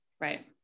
Right